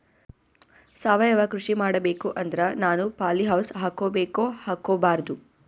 ಸಾವಯವ ಕೃಷಿ ಮಾಡಬೇಕು ಅಂದ್ರ ನಾನು ಪಾಲಿಹೌಸ್ ಹಾಕೋಬೇಕೊ ಹಾಕ್ಕೋಬಾರ್ದು?